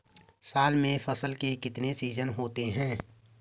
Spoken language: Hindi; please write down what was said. साल में फसल के कितने सीजन होते हैं?